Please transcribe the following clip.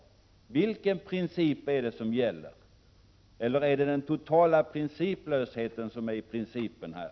Vilken princip är det som gäller? Är det den totala principlösheten som är principen här?